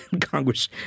Congress